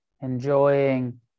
enjoying